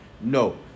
No